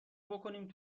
بکنیم